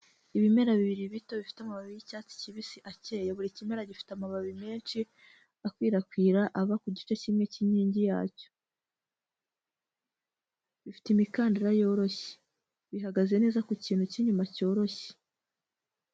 Ibimera bibiri bito, bifite amababi y'icyatsi kibisi, amababi mashi akwirara aba ku igice cy'inkingi yacyo bifite imikandara yoroshye bihagaze ku ikintu cy'inyuma cyoroshye.